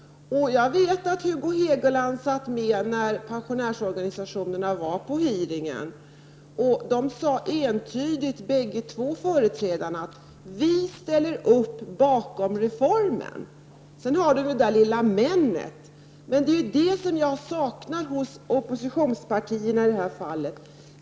Jag vet att Hugo Hegeland satt med när pensionärsorganisationerna var med på en utfrågning. De bägge företrädarna sade entydigt: Vi ställer oss bakom reformen. Men sen var det detta lilla ”men”. Det är vad jag saknar hos oppositionspartierna i det här fallet.